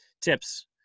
tips